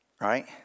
right